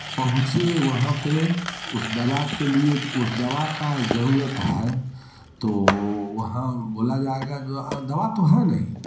पहुँचे वहाँ पर उस दवा के लिए उस दवा का जरूरत है तो वहाँ बोला जाएगा दवा तो है नहीं